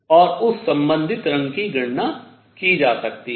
और उस संबंधित रंग की गणना की जा सकती है